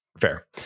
fair